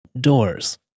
doors